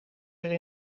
weer